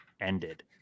ended